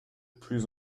plus